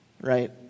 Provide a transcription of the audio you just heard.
right